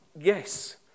yes